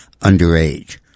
underage